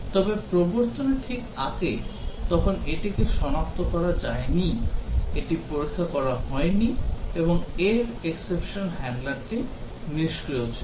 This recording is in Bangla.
তবে প্রবর্তনের ঠিক আগে তখন এটিকে সনাক্ত করা যায়নি এটি পরীক্ষা করা হয়নি এবং এর exception handler টি নিষ্ক্রিয় ছিল